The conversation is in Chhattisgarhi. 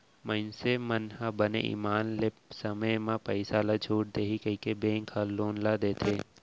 मइनसे मन ह बने ईमान ले समे म पइसा ल छूट देही कहिके बेंक ह लोन ल देथे